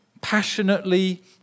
passionately